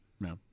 No